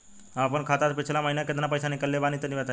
हम आपन खाता से पिछला महीना केतना पईसा निकलने बानि तनि बताईं?